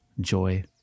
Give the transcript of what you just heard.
joy